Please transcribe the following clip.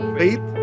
faith